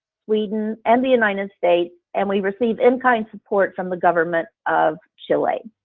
sweden and the united states. and we receive in kind support from the government of chile.